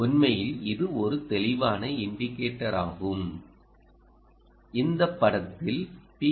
உண்மையில் இது ஒரு தெளிவான இன்டிகேட்டர் ஆகும் இந்த படத்தில் பி